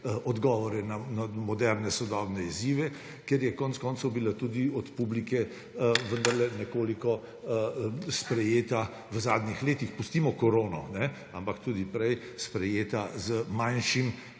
odgovore na moderne, sodobne izzive. Ker konec koncev je bila tudi od publike vendarle nekoliko sprejeta v zadnjih letih – pustimo korono, ampak tudi prej – z manjšo